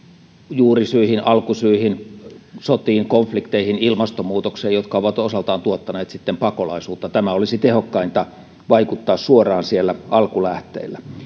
juurisyihin alkusyihin sotiin konflikteihin ilmastonmuutokseen jotka ovat sitten osaltaan tuottaneet pakolaisuutta olisi tehokkainta vaikuttaa suoraan siellä alkulähteillä